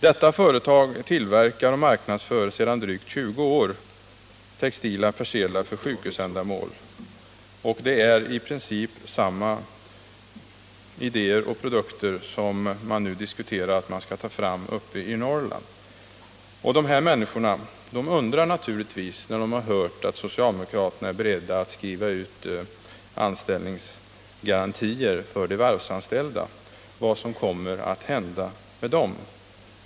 Detta företag tillverkar och mark Nr 61 nadsför sedan drygt 20 år textila persedlar för sjukhusändamål — i princip Onsdagen den samma produkter som det nu diskuteras att man skall ta fram uppe i 20 december 1978 Norrland. De här människorna undrar naturligtvis, när de har hört att socialdemo — Medelstillskott till kraterna är beredda att skriva ut anställningsgarantier för de varvsanställda, Statsföretag AB vad som kommer att hända med dem.